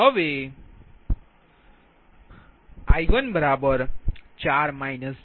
હવેI14 j1p